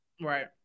Right